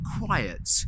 quiet